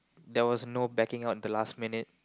there was no backing up the last minute